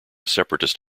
separatist